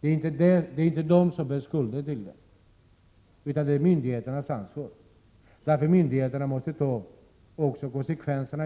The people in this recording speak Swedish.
människor som bär skulden för dessa långa väntetider, utan det är myndigheterna som bär ansvaret. Därför måste myndigheterna också ta konsekvenserna.